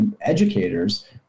educators